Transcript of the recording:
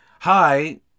hi